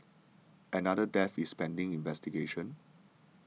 another death is pending investigation